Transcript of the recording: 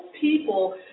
people